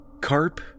Carp